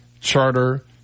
Charter